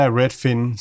Redfin